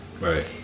Right